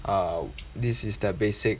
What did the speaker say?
uh this is the basic